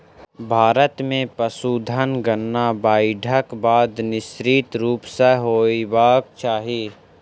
भारत मे पशुधन गणना बाइढ़क बाद निश्चित रूप सॅ होयबाक चाही